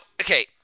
okay